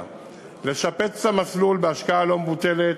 לשפץ את המסלול בהשקעה לא מבוטלת,